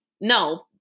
no